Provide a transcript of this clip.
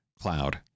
Cloud